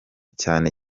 cyane